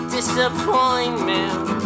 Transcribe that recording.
Disappointment